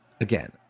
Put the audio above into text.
again